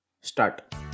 start